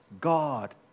God